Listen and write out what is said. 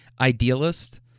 idealist